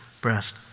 breast